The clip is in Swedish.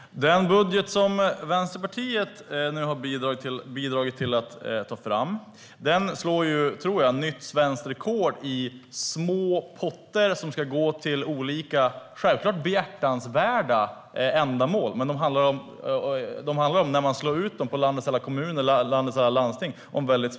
Herr talman! Den budget som Vänsterpartiet har bidragit till att ta fram sätter nog nytt svenskt rekord i små potter som ska gå till olika behjärtansvärda ändamål. När pengarna slås ut på landets alla kommuner och landsting blir det väldigt lite pengar.